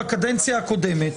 בקדנציה הקודמת,